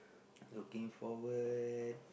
looking forward